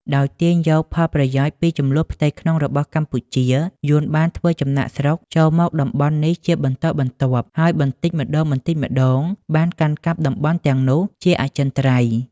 ដោយទាញយកផលប្រយោជន៍ពីជម្លោះផ្ទៃក្នុងរបស់កម្ពុជា យួនបានធ្វើចំណាកស្រុកចូលមកតំបន់នេះជាបន្តបន្ទាប់ ហើយបន្តិចម្តងៗបានកាន់កាប់តំបន់ទាំងនោះជាអចិន្ត្រៃយ៍។